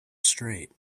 straight